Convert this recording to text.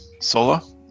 Sola